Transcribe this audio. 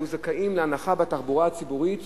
היו זכאים להנחה בתחבורה הציבורית